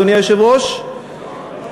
אדוני היושב-ראש,